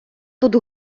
тут